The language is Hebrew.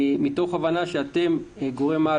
מתוך הבנה שאתם גורם-על,